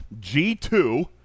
G2